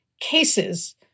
cases